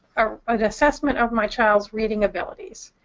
ah an assessment of my child's reading abilities.